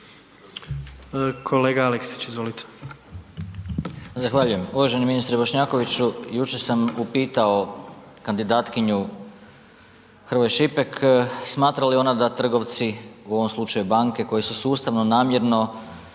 Goran (SNAGA)** Zahvaljujem. Uvaženi ministre Bošnjakoviću, jučer sam upitao kandidatkinju Hrvoj Šipek smatra li ona da trgovci, u ovom slučaju banke, koji su sustavno, namjerno